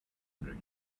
angry